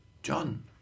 John